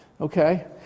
Okay